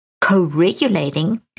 co-regulating